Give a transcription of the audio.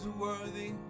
worthy